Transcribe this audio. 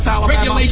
Alabama